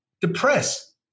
depressed